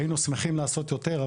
היינו שמחים לעשות יותר,